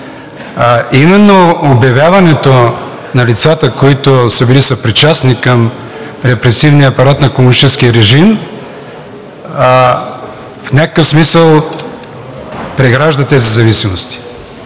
именно обявяването на лицата, които са били съпричастни към репресивния апарат на комунистическия режим, в някакъв смисъл преграждат тези зависимости.